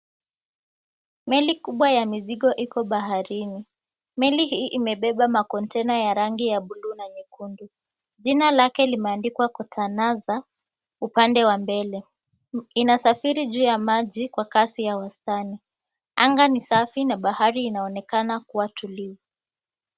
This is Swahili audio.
Meli kubwa ya mizigo iko baharini. Meli hii imebeba makontena ya rangi ya buluu na nyekundu. Jina lake limeandikwa Kota Nazar upande wa mbele. Inasafiri juu ya maji kwa kasi ya wastani. Anga ni safi na bahari inaonekana kuwa tulivu.